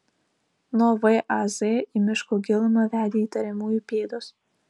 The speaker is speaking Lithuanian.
nuo vaz į miško gilumą vedė įtariamųjų pėdos